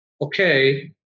okay